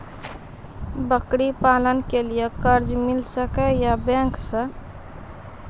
बकरी पालन के लिए कर्ज मिल सके या बैंक से?